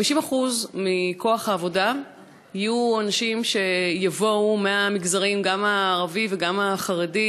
50% מכוח העבודה יהיו אנשים שיבואו מהמגזרים גם הערבי וגם החרדי,